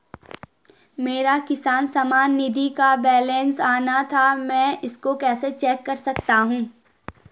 मेरा किसान सम्मान निधि का बैलेंस आना था मैं इसको कैसे चेक कर सकता हूँ?